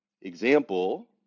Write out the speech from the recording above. Example